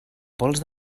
pols